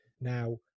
Now